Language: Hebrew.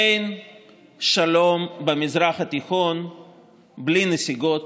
אין שלום במזרח התיכון בלי נסיגות,